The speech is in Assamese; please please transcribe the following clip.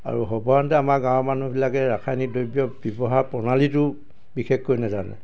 আৰু সৰ্বসাধাৰণতে আমাৰ গাঁৱৰ মানুহবিলাকে ৰাসায়নিক দ্ৰব্য ব্যৱহাৰৰ প্ৰণালীটো বিশেষকৈ নেজানে